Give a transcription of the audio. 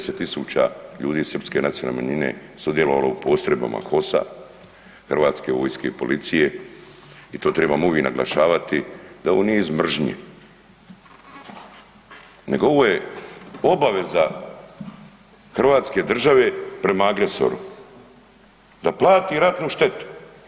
10.000 ljudi srpske nacionalne manjine sudjelovalo je u postrojbama HOS-a, hrvatske vojske i policije i to trebamo uvijek naglašavati da ovo nije iz mržnje nego ovo je obaveza hrvatske države prema agresoru, da plati ratnu štetu.